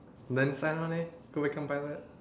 then sign on eh go become pilot